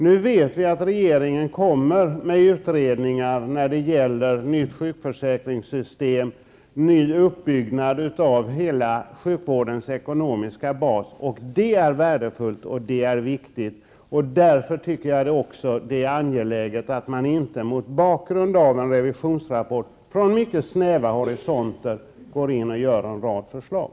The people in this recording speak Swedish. Nu vet vi att regeringen kommer med utredningar om nytt sjukförsäkringssystem och ny uppbyggnad av hela sjukvårdens ekonomiska bas, och det är värdefullt och viktigt. Därför tycker jag också att det är angeläget att man inte mot bakgrund av en revisionsrapport med mycket snäva horisonter lägger fram en rad förslag.